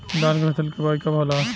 धान के फ़सल के बोआई कब होला?